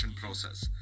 process